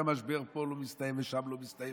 שהמשבר פה לא מסתיים ושם לא מסתיים,